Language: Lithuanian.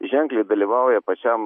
ženkliai dalyvauja pačiam